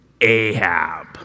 Ahab